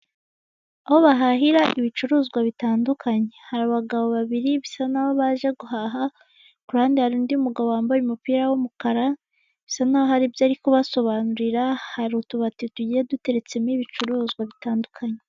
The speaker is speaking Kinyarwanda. Aho bahahira ibicuruzwa bitandukanye. Hari abagabo babiri bisa nkaho baje guhaha, ku runde hari undi mugabo wambaye umupira w'umukara, bisa nkaho haribyo ari kubasobanurira, hari utubati duteretsemo ibicuruzwa bitandukanye.